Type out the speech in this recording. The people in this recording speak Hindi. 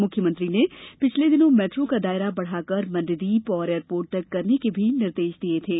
मुख्यमंत्री ने पिछले दिनों मेट्रो का दायरा बढ़ाकर मण्डीदीप और एयरपोर्ट तक करने के निर्देश भी दिये थे